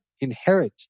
inherit